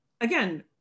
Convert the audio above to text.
again